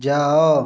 ଯାଅ